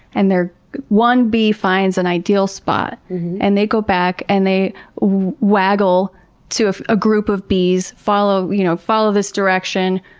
and one bee finds an ideal spot and they go back and they waggle to a group of bees, follow you know follow this direction.